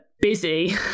Busy